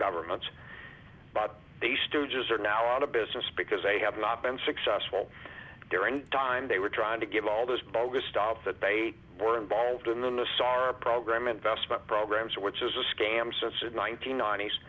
governments but the stooges are now out of business because they have not been successful during the time they were trying to give all this bogus stuff that they were involved in the sar program investment program which is a scam since in one nine